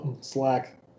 Slack